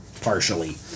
Partially